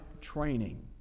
training